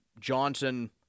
Johnson